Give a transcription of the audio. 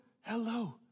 hello